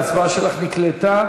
ההצבעה שלך נקלטה.